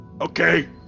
Okay